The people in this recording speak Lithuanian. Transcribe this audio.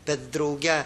bet drauge